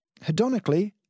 hedonically